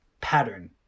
pattern